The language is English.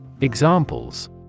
Examples